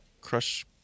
crush